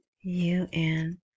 UN